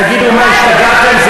תגידו, מה, השתגעתם?